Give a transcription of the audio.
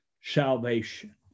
salvation